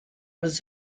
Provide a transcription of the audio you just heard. was